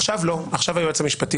עכשיו היועץ המשפטי.